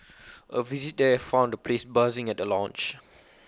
A visit there found the place buzzing at the launch